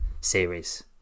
series